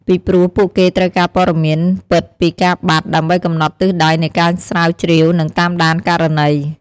ពីព្រោះ ពួកគេត្រូវការព័ត៌មានពិតពីការបាត់ ដើម្បីកំណត់ទិសដៅនៃការស្រាវជ្រាវ និងតាមដានករណី។